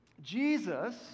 Jesus